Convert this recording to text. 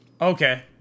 Okay